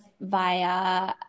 via